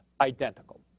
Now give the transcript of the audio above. identical